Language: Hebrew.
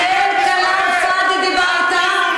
את המסיתה הראשית של מדינת ישראל.